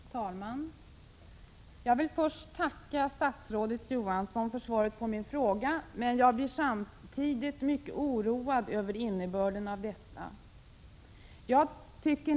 Herr talman! Jag vill börja med att tacka statsrådet för svaret på min fråga men blir samtidigt mycket oroad över innebörden.